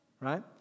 right